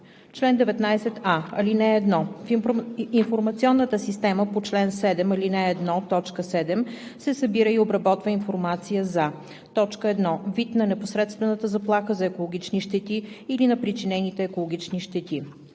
„Чл. 19а. (1) В информационната система по чл. 7, ал. 1, т. 7 се събира и обработва информация за: 1. вид на непосредствената заплаха за екологични щети или на причинените екологични щети;